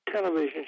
television